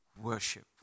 worship